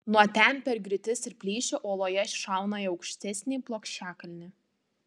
nuo ten per griūtis ir plyšį uoloje šauna į aukštesnį plokščiakalnį